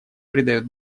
придает